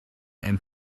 and